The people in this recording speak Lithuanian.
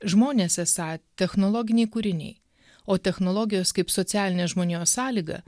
žmonės esą technologiniai kūriniai o technologijos kaip socialinė žmonijos sąlyga